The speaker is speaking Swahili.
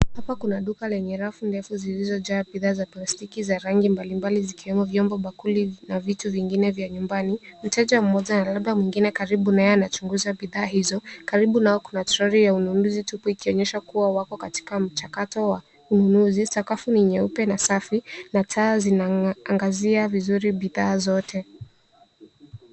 Hapa kuna duka lenye rafu ndefu zilizojaa bidhaa za plastiki za rangi mbalimbali zikiwemo vyombo, bakuli na vitu vingine vya nyumbani. Mteja mmoja, labda mwingine karibu na yeye anachunguza bidhaa hizo. Karibu nao kuna toroli ya ununuzi tupu ikionyesha kuwa wako katika mchakato wa ununuzi. Sakafu ni nyeupe na safi na taa zinaangazia vizuri bidhaa zote.